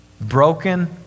Broken